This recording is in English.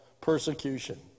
persecution